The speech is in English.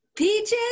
Peaches